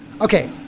okay